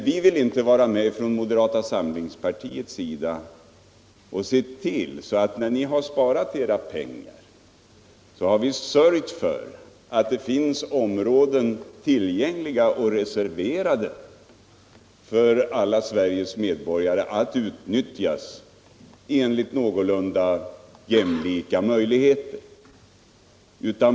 Men vi från moderata samlingspartiet vill inte vara med och se till så att det, när ni har sparat era pengar, är sörjt för att det finns områden reserverade för alla Sveriges medborgare att utnyttjas enligt någorlunda jämlika möjligheter.